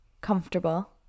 comfortable